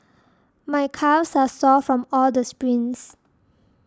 my calves are sore from all the sprints